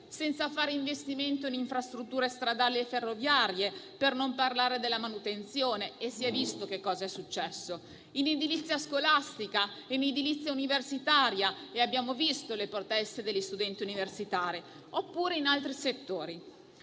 senza fare investimenti in infrastrutture stradali e ferroviarie; per non parlare della manutenzione - e si è visto che cosa è successo - in edilizia scolastica, in edilizia universitaria - e abbiamo visto le proteste degli studenti universitari - oppure in altri settori.